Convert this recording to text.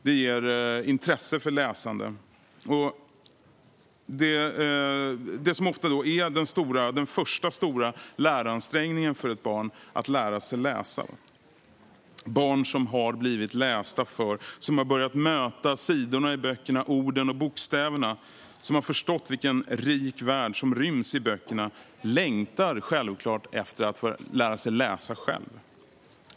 Det ger intresse för läsande och det som ofta är den första stora läransträngningen för ett barn: att lära sig läsa. Barn som har blivit lästa för, som har börjat möta sidorna, orden och bokstäverna i böckerna och som har förstått vilken rik värld som ryms i böckerna längtar självklart efter att lära sig läsa själva.